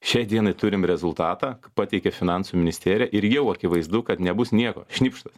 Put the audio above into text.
šiai dienai turim rezultatą pateikė finansų ministerija ir jau akivaizdu kad nebus nieko šnipštas